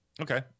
Okay